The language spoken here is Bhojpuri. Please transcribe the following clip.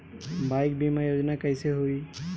बाईक बीमा योजना कैसे होई?